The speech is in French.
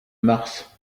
mars